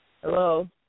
Hello